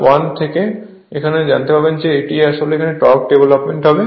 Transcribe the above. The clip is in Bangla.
তা থেকে জানতে পারবেন যে কিভাবে এখানে টর্ক ডেভেলপ হবে